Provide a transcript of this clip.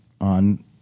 on